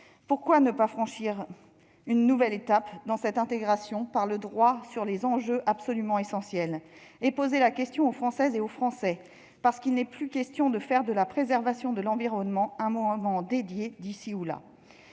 Pourquoi ne pas franchir une nouvelle étape dans cette intégration par le droit sur les enjeux absolument essentiels et poser la question aux Françaises et aux Français ? Il n'est plus question de faire de la préservation de l'environnement un moment dédié ici ou là !